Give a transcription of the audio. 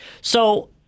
So-